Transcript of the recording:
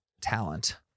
talent